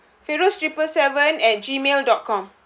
feros triple seven at Gmail dot com